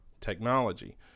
technology